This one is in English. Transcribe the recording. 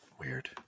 Weird